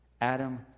Adam